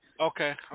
okay